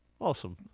Awesome